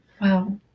wow